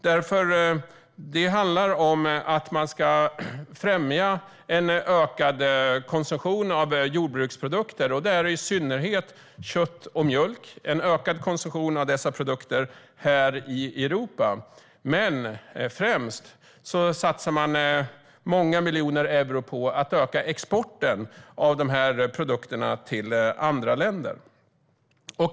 Det handlar om att man ska främja en ökad konsumtion av jordbruksprodukter, i synnerhet en ökad konsumtion av kött och mjölk här i Europa. Främst satsar man många miljoner euro på att öka exporten av produkterna till andra länder.